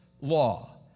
law